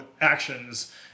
actions